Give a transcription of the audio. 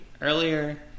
earlier